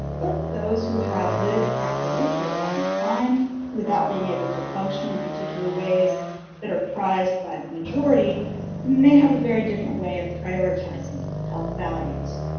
but those who have lived happily for a long time without being able to function in particular ways that are prized by the majority may have a very different way of prioritizing health values.